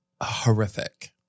horrific